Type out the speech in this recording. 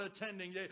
attending